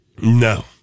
no